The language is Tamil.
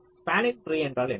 ஸ்பாண்ணிங் ட்ரீ என்றால் என்ன